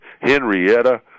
Henrietta